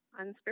unscripted